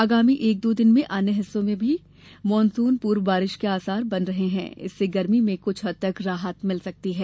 आगामी एक दो दिन में अन्य हिस्सों में भी मानसून पूर्व बारिश के आसार बन रहे हैं इससे गर्मी में कुछ हद राहत मिल सकती है